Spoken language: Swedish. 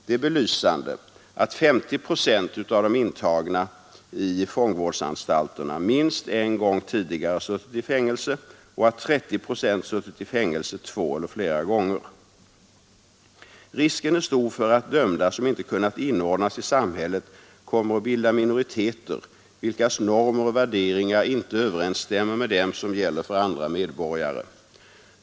Det är belysande att 50 procent av de intagna i fångvårdsanstalterna minst en gång tidigare suttit i fängelse och att 30 procent suttit i fängelse två eller flera gånger. Risken är stor för att dömda som inte kunnat inordnas i samhället kommer att bilda minoriteter vilkas normer och värderingar inte överensstämmer med dem som gäller för andra medborgare.